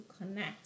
connect